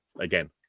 Again